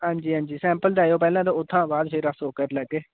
हंजी हंजी सैंपल देओ पैह्लें ते उत्थां बाद फिर अस ओह् करी लैगे